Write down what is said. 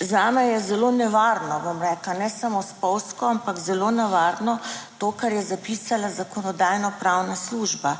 zame je zelo nevarno, bom rekla, ne samo spolzko, ampak zelo nevarno to, kar je zapisala Zakonodajno-pravna služba,